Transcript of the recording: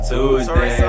Tuesday